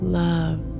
love